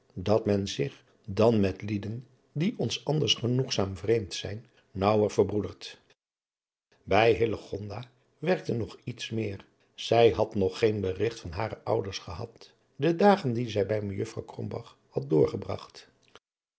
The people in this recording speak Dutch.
dat men zich dan met lieden die ons anders genoegzaam vreemd zijn naauwer verbroedert bij hillegonda werkte nog iets meêr zij had nog adriaan loosjes pzn het leven van hillegonda buisman geen berigt van hare ouders gehad de dagen die zij bij mejuffrouw krombalg had doorgebragt